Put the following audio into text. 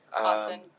Austin